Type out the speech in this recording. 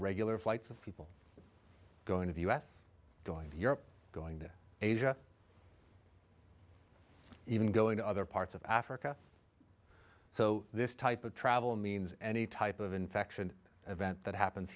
regular flights of people going to the u s going to europe going to asia even going to other parts of africa so this type of travel means any type of infection event that happens